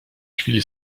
chwili